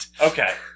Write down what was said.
Okay